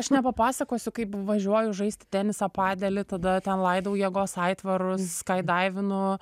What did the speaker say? aš nepapasakosiu kaip važiuoju žaisti tenisą padelį tada ten laidau jėgos aitvarus skaidaivinu